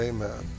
Amen